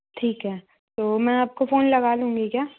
ठीक है तो मैं आपको फोन लगा लूँगी क्या